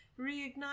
reignite